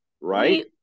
right